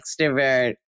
extrovert